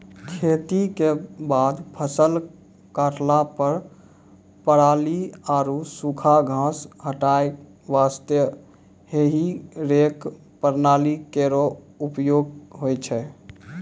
खेती क बाद फसल काटला पर पराली आरु सूखा घास हटाय वास्ते हेई रेक प्रणाली केरो उपयोग होय छै